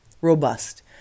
robust